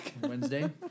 Wednesday